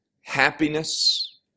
happiness